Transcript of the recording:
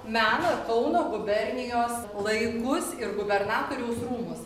mena kauno gubernijos laikus ir gubernatoriaus rūmus